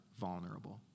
vulnerable